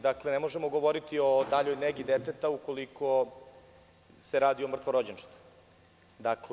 Dakle, ne možemo govoriti o daljoj negi deteta ukoliko se radi o mrtvorođenčetu.